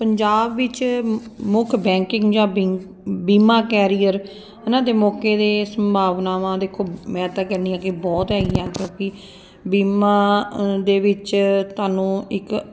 ਪੰਜਾਬ ਵਿੱਚ ਮੁੱਖ ਬੈਂਕਿੰਗ ਜਾਂ ਬੀਮ ਬੀਮਾ ਕੈਰੀਅਰ ਉਹਨਾਂ ਦੇ ਮੌਕੇ ਦੇ ਸੰਭਾਵਨਾਵਾਂ ਦੇਖੋ ਮੈਂ ਤਾਂ ਕਹਿੰਦੀ ਹਾਂ ਕਿ ਬਹੁਤ ਹੈਗੀਆਂ ਕਿਉਂਕਿ ਬੀਮਾ ਦੇ ਵਿੱਚ ਤੁਹਾਨੂੰ ਇੱਕ